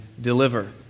deliver